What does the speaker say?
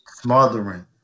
Smothering